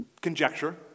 conjecture